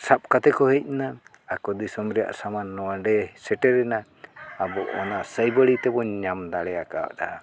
ᱥᱟᱵ ᱠᱟᱛᱮ ᱠᱚ ᱦᱮᱡ ᱮᱱᱟ ᱟᱠᱚ ᱫᱤᱥᱚᱢ ᱨᱮᱭᱟᱜ ᱥᱟᱢᱟᱱ ᱱᱚᱰᱮ ᱥᱮᱴᱮᱨᱮᱱᱟ ᱟᱵᱚ ᱚᱱᱟ ᱥᱟᱹᱭ ᱵᱟᱹᱲᱤ ᱛᱮᱵᱚᱱ ᱧᱟᱢ ᱫᱟᱲᱮ ᱟᱠᱟᱣᱫᱟ